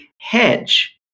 hedge